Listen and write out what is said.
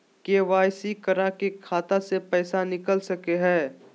KYC करा के खाता से पैसा निकल सके हय?